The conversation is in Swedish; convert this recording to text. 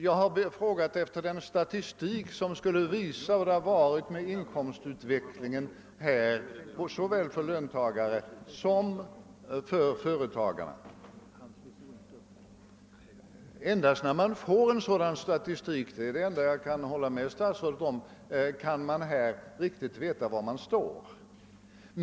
Jag har frågat efter en statistik som skulle visa hur inkomstutvecklingen har gått såväl för löntagare som för företagare. Det enda jag kan hålla med statsrådet om är att man endast när man får en sådan statistik vet riktigt var man står.